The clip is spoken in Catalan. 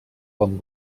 com